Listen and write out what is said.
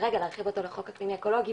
כרגע להרחיב אותו לחור אקלימי אקולוגי